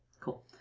Cool